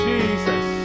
Jesus